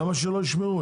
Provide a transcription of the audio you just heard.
למה שלא ישמרו?